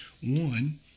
One